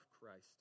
Christ